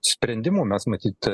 sprendimų mes matyt